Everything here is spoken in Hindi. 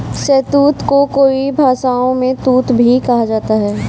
शहतूत को कई भाषाओं में तूत भी कहा जाता है